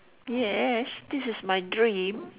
yes this is my dream